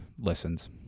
listens